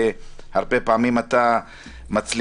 הרבה פעמים אתה גם מצליח.